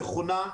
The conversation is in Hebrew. מכונה,